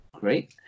Great